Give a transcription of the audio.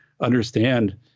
understand